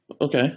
okay